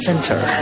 Center